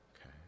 okay